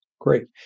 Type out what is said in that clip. Great